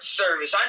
service